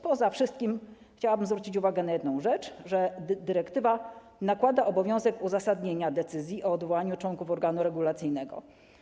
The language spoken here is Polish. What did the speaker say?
Poza wszystkim chciałabym zwrócić uwagę na jedną rzecz, że dyrektywa nakłada obowiązek uzasadnienia decyzji o odwołaniu członków organu regulacyjnego.